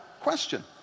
question